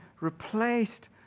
replaced